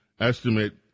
estimate